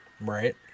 Right